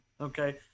Okay